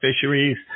fisheries